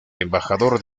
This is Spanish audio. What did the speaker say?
embajador